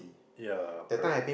ya correct